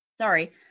sorry